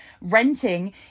Renting